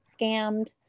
scammed